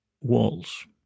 walls